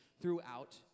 throughout